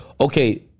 okay